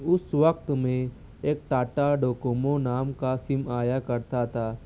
اس وقت میں ایک ٹاٹا ڈکومو نام کا سم آیا کرتا تھا